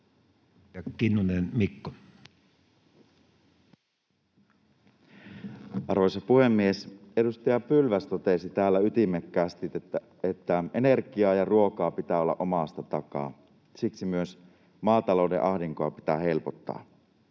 Kinnunen, Mikko. Arvoisa puhemies! Edustaja Pylväs totesi täällä ytimekkäästi, että energiaa ja ruokaa pitää olla omasta takaa. Siksi myös maatalouden ahdinkoa pitää helpottaa.